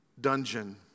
dungeon